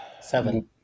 Seven